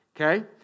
okay